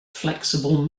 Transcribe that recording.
flexible